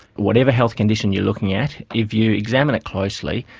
whatever health condition you are looking at, if you examine it closely,